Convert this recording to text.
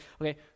Okay